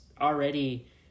already